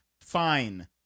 Fine